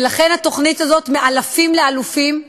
ולכן, התוכנית הזאת, "מאלפים לאלופים",